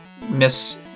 Miss